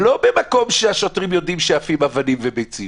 לא במקום שהשוטרים יודעים שעפות אבנים וביצים